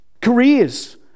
Careers